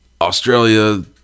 australia